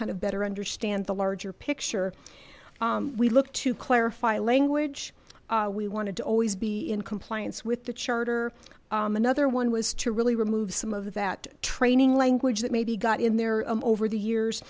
kind of better understand the larger picture we look to clarify language we wanted to always be in compliance with the charter another one was to really remove some of that training language that maybe got in there over the years